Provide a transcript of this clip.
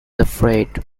afraid